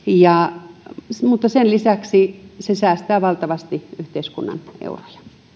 ja opiskelutoimintamahdollisuudet mutta sen lisäksi se säästää valtavasti yhteiskunnan euroja